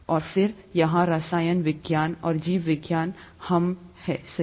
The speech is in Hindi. और फिर यहाँ रसायन विज्ञान और जीव विज्ञान हम्म सही